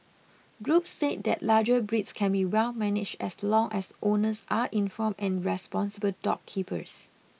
groups said that larger breeds can be well managed as long as owners are informed and responsible dog keepers